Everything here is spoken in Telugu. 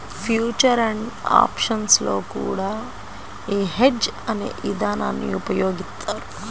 ఫ్యూచర్ అండ్ ఆప్షన్స్ లో కూడా యీ హెడ్జ్ అనే ఇదానాన్ని ఉపయోగిత్తారు